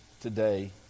today